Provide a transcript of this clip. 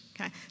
Okay